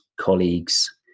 colleagues